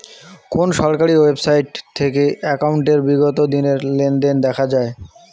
কোন সরকারি ওয়েবসাইট থেকে একাউন্টের বিগত দিনের লেনদেন দেখা যায়?